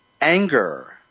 anger